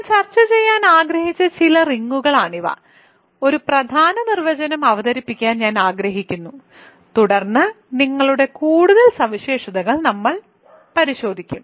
ഞാൻ ചർച്ച ചെയ്യാൻ ആഗ്രഹിച്ച ചില റിങ്ങുകളാണിവ ഒരു പ്രധാന നിർവചനം അവതരിപ്പിക്കാൻ ഞാൻ ആഗ്രഹിക്കുന്നു തുടർന്ന് റിങ്ങുകളുടെ കൂടുതൽ സവിശേഷതകൾ നമ്മൾ പരിശോധിക്കും